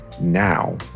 now